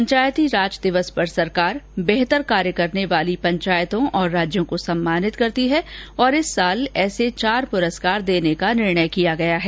पंचायती राज दिवस पर सरकार बेहतर कार्य करने वाले पंचायतों और राज्यों को सम्मानित करती है और इस वर्ष ऐसे चार पुरस्कार देने का निर्णय लिया गया है